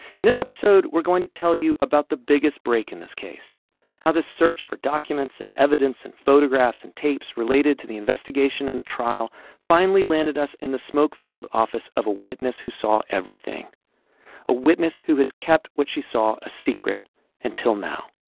this episode, we're going to tell you about the biggest break in this case how the search for documents and evidence and photographs and tapes related to the investigation and the trial finally landed us in the smoke-filled office of a witness who saw everything a witness who has kept what she saw a secret until now